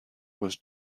was